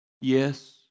Yes